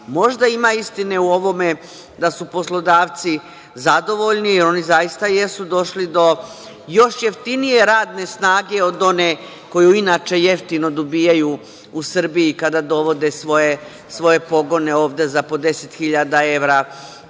ima istine u ovome da su poslodavci zadovoljni, jer oni zaista jesu došli do još jeftinije radne snage od one koju inače jeftino dobijaju u Srbiji, kada dovode svoje pogone ovde za po 10 hiljada